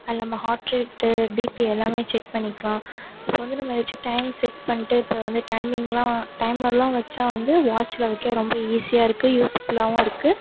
அதில் நம்ம heart rate BP எல்லாம் செக் பண்ணிக்கலாம் இப்போ வந்து நம்ம ஏதாச்சும் டைம் செட் பண்ணிட்டு இப்போ வந்து டைமிங்லாம் டைமர்லாம் வைச்சா வந்து வாட்ச்சில் வைக்க ரொம்ப ஈஸியாக இருக்கு யூஸ்ஃபுல்லாகவும் இருக்கு